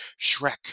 Shrek